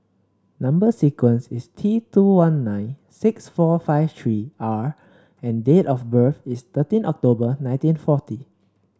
number sequence is T two one nine six four five three R and date of birth is thirteen October nineteen forty